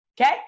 Okay